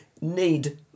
need